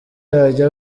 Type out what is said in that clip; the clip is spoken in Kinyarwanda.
ajya